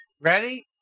Ready